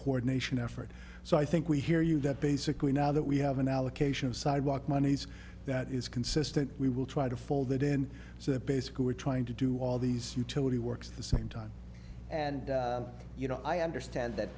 coordination effort so i think we hear you that basically now that we have an allocation of sidewalk monies that is consistent we will try to fold that in so the basic you are trying to do all these utility works the same time and you know i understand that